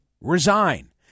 resign